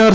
R